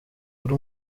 wari